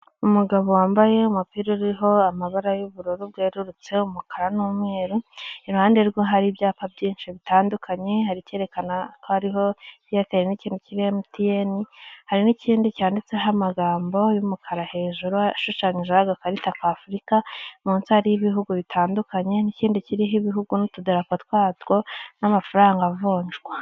umugabo wambaye umupira uriho amabara y'ubururu bwerurutse umukara n'umweru iruhande rwe hari ibyapa byinshi bitandukanye hari icyerekana ko hariho airtel n'ikindi kiriho mtn hari n'ikindi cyanditseho amagambo y'umukara hejuru yashushanyijeho agakarita ka afurika munsi hariho ibihugu bitandukanye n'ikindi kiriho ibihugu n'utudarapo twatwo n'amafaranga avunjwa